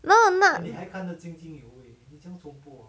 no now